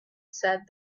said